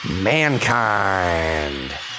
Mankind